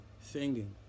singing